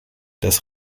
das